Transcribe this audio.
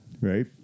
right